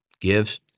gives